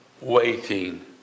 waiting